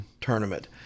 tournament